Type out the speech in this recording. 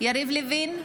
יריב לוין,